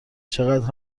چقدر